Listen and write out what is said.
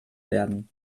werden